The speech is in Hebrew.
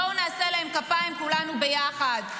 בואו נעשה להם כפיים כולנו ביחד.